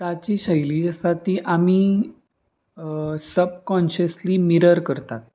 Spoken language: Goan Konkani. ताची शैली जी आसा ती आमी सबकॉन्शियसली मिरर करतात